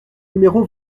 numéro